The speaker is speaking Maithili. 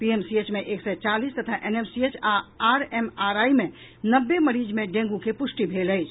पीएमसीएच मे एक सय चालीस तथा एनएमएसीएच आ आरएमआरआई मे नब्बे मरीज मे डेंगू के पूष्टि भेल अछि